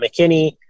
McKinney